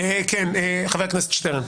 חבר הכנסת שטרן.